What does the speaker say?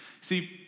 See